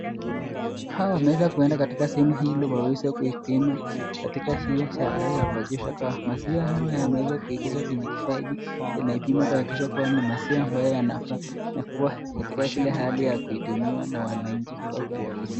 Hawa wameweza kuenda katika sehemu hii ili waweze kupima maziwa haya. Maziwa haya yameweza kuingizwa kwenye kifaa hiki inaipima na kuhakikisha kuwa ni maziwa ambayo nafaa ama iko kwa hali ambayo inafaa kutumiwa na wananchi au kuwauzia.